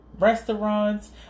Restaurants